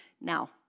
Now